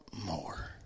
more